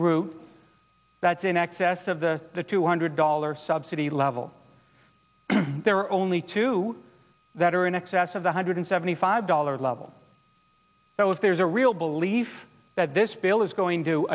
route that's in excess of the two hundred dollars subsidy level there are only two that are in excess of one hundred seventy five dollars level so if there's a real belief that this bill is going to